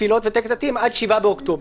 תפילות וטקס דתי הן עד ה-7 באוקטובר.